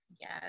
yes